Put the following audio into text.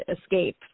escape